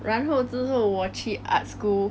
然后之后我去 art school